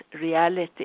Reality